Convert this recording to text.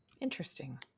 Interesting